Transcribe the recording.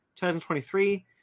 2023